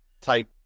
type